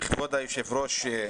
כבוד היושב-ראש,